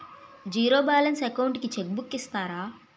Zero balance account కి cheque book ఇస్తారా?